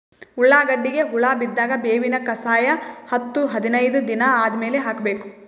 ಉಳ್ಳಾಗಡ್ಡಿಗೆ ಹುಳ ಬಿದ್ದಾಗ ಬೇವಿನ ಕಷಾಯ ಹತ್ತು ಹದಿನೈದ ದಿನ ಆದಮೇಲೆ ಹಾಕಬೇಕ?